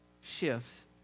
shifts